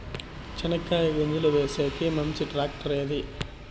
చెనక్కాయ గింజలు వేసేకి మంచి టాక్టర్ ఏది?